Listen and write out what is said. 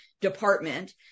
department